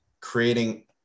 creating